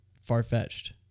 far-fetched